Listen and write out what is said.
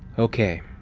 okay.